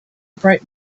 bright